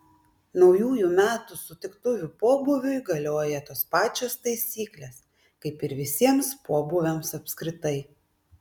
naujųjų metų sutiktuvių pobūviui galioja tos pačios taisyklės kaip ir visiems pobūviams apskritai